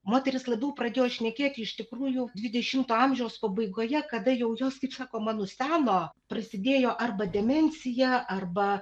moterys labiau pradėjo šnekėti iš tikrųjų dvidešimto amžiaus pabaigoje kada jau jos kaip sakoma nuseno prasidėjo arba demensija arba